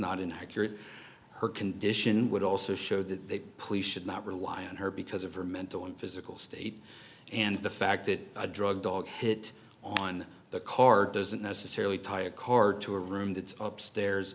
not inaccurate her condition would also show that they please should not rely on her because of her mental and physical state and the fact that a drug dog hit on the car doesn't necessarily tie a car to a room that's upstairs